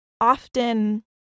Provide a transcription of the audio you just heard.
often